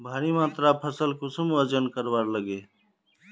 भारी मात्रा फसल कुंसम वजन करवार लगे?